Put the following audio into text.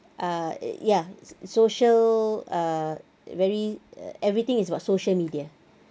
err ya social err very everything is about social media